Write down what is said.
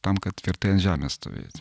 tam kad tvirtai ant žemės stovėti